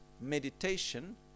meditation